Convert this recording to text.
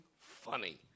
funny